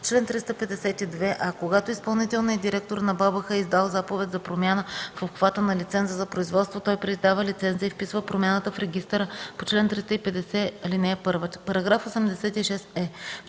„Чл. 352а. Когато изпълнителният директор на БАБХ е издал заповед за промяна в обхвата на лиценза за производство, той преиздава лиценза и вписва промяната в регистъра по чл. 350, ал. 1.” § 86е.